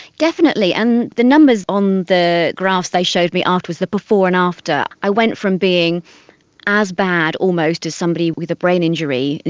definitely, and the numbers on the graphs they showed me afterwards, the before and after, i went from being as bad almost as somebody with a brain injury, you